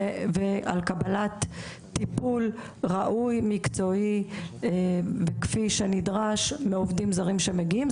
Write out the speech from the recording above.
וקבלת טיפול ראוי מקצועי כפי שנדרש מעובדים זרים שמגיעים.